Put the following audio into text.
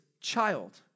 child